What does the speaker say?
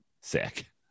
sick